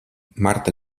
marta